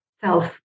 self